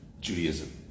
Judaism